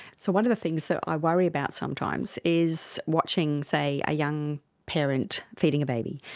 so one of the things that i worry about sometimes is watching, say, a young parent feeding a baby,